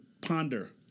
ponder